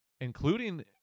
including